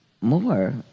more